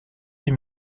six